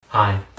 Hi